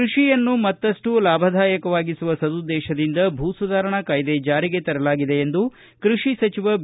ಕೃಷಿಯನ್ನು ಮತ್ತಪ್ಪು ಲಾಭದಾಯಕವಾಗಿಸುವ ಸದುದ್ದೇಶದಿಂದ ಭೂಸುಧಾರಣಾ ಕಾಯ್ದೆ ಜಾರಿಗೆ ತರಲಾಗಿದೆ ಎಂದು ಕೃಷಿ ಸಚಿವ ಬಿ